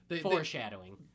foreshadowing